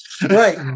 Right